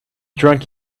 drunk